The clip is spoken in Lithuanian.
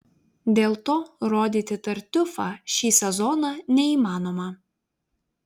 dėl to rodyti tartiufą šį sezoną neįmanoma